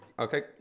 okay